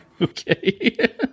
okay